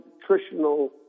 nutritional